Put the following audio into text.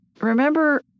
remember